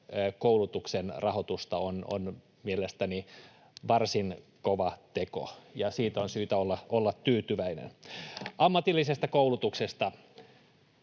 koulutuksen rahoitusta, on mielestäni varsin kova teko, ja siitä on syytä olla tyytyväinen. [Timo Heinonen: